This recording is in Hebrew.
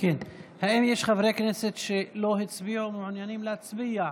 האם יש חברי כנסת שלא הצביעו ומעוניינים להצביע?